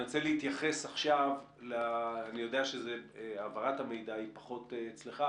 אני רוצה להתייחס עכשיו אני יודע שהעברת המידע היא פחות אצלך,